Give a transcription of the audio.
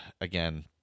Again